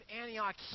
Antioch